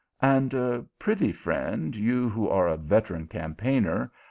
and pry thee, friend, you who are a veteran cam paigner,